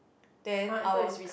then our